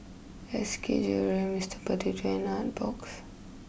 S K Jewellery Mister Potato and Artbox